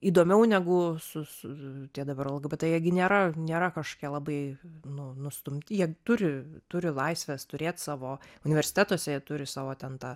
įdomiau negu su su tie dabar lgbt jie gi nėra nėra kašokie labai nu nustumti jie turi turi laisvės turėt savo universitetuose jie turi savo ten tą